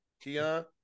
Keon